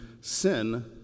sin